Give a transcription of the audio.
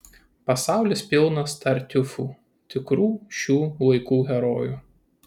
pasaulis pilnas tartiufų tikrų šių laikų herojų